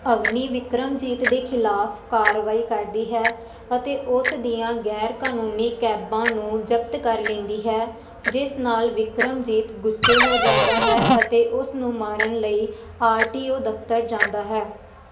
ਅਵਨੀ ਵਿਕਰਮਜੀਤ ਦੇ ਖਿਲਾਫ਼ ਕਾਰਵਾਈ ਕਰਦੀ ਹੈ ਅਤੇ ਉਸ ਦੀਆਂ ਗ਼ੈਰ ਕਾਨੂੰਨੀ ਕੈਬਾਂ ਨੂੰ ਜ਼ਬਤ ਕਰ ਲੈਂਦੀ ਹੈ ਜਿਸ ਨਾਲ ਵਿਕਰਮਜੀਤ ਗੁੱਸੇ ਹੋ ਜਾਂਦਾ ਹੈ ਅਤੇ ਉਸ ਨੂੰ ਮਾਰਨ ਲਈ ਆਰ ਟੀ ਓ ਦਫਤਰ ਜਾਂਦਾ ਹੈ